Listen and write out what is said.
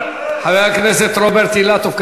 חבר הכנסת רוברט אילטוב,